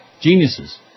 Geniuses